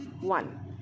one